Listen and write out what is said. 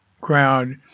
crowd